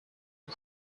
who